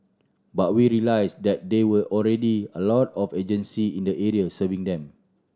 but we realised that there were already a lot of agency in the area serving them